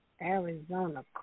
Arizona